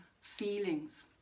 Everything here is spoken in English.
feelings